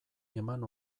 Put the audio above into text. eman